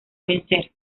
vencer